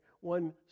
one